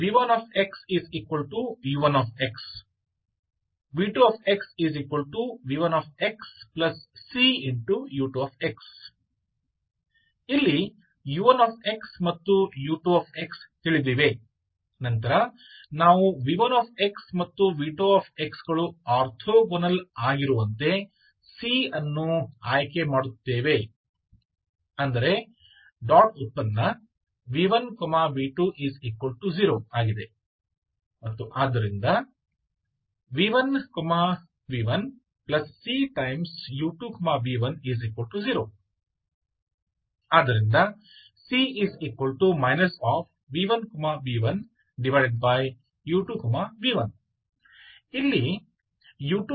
v1xu1 v2x v1xcu2 ಇಲ್ಲಿ u1x ಮತ್ತು u2ತಿಳಿದಿವೆ ನಂತರ ನಾವು v1x ಮತ್ತು v2x ಗಳು ಆರ್ಥೋಗೋನಲ್ ಆಗಿರುವಂತೆ c ಅನ್ನು ಆಯ್ಕೆ ಮಾಡುತ್ತೇವೆ ಅಂದರೆ ಡಾಟ್ ಉತ್ಪನ್ನ ⟨v1v2⟩0 ಮತ್ತು ಆದ್ದರಿಂದ ⟨v1v1⟩c⟨u2v1⟩0 ಆದ್ದರಿಂದ c ⟨v1v1⟩⟨u2v1⟩ ಇಲ್ಲಿ u2x ಮತ್ತು v1 ತಿಳಿದಿವೆ